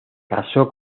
casó